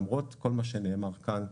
למרות כל מה שנאמר כאן,